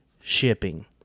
shipping